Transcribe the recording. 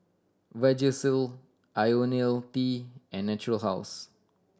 Vagisil Ionil T and Natura House